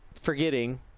forgetting